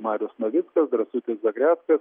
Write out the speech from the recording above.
marius navickas drąsutis zagreckas